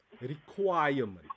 requirement